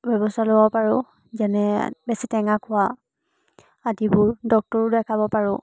ব্যৱস্থা ল'ব পাৰোঁ যেনে বেছি টেঙা খোৱা আদিবোৰ ডাক্তৰো দেখাব পাৰোঁ